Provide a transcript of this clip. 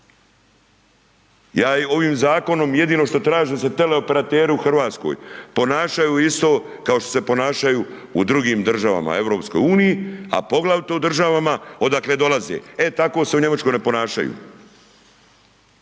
ovim zakonom jedino što tražim da se teleoperateri u RH ponašaju isto kao što se ponašaju u drugim državama u EU, a poglavito u državama odakle dolaze, e tako se u Njemačkoj ne ponašaju,